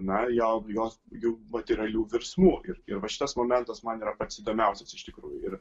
na jos jų materialių virsmų ir ir va šitas momentas man yra pats įdomiausias iš tikrųjų ir